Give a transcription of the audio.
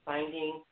Finding